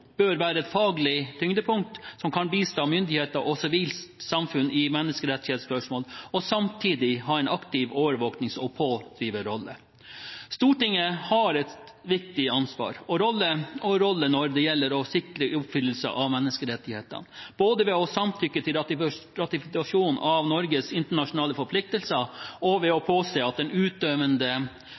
bør være et faglig tyngdepunkt som kan bistå myndigheter og sivilt samfunn i menneskerettighetsspørsmål, og samtidig ha en aktiv overvåkings- og pådriverrolle. Stortinget har et viktig ansvar og en viktig rolle når det gjelder å sikre oppfyllelse av menneskerettigheter, både ved å samtykke til ratifikasjon av Norges internasjonale forpliktelser og ved å påse at den